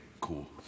Cool